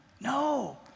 no